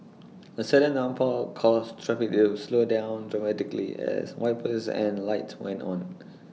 the sudden downpour caused traffic to slow down dramatically as wipers and lights went on